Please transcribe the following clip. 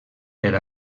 per